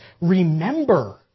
remember